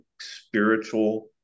spiritual